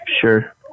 sure